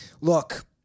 look